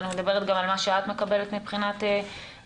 אני מדברת גם על מה שאת מקבלת מבחינת האינפורמציות